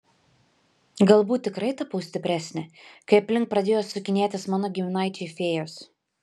galbūt tikrai tapau stipresnė kai aplink pradėjo sukinėtis mano giminaičiai fėjos